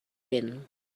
vent